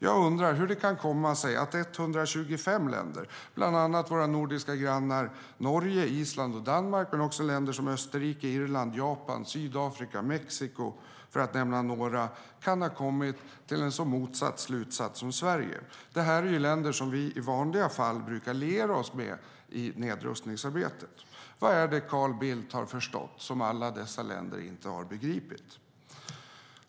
Jag undrar hur det kan komma sig att 125 länder - bland annat våra nordiska grannar Norge, Island och Danmark men också länder som Österrike, Irland, Japan, Sydafrika och Mexiko, för att nämna några - kan ha kommit till en så motsatt slutsats som Sverige. Det här är ju länder som vi i vanliga fall brukar liera oss med i nedrustningsarbetet. Vad är det Carl Bildt har förstått som alla dessa länder inte har begripit?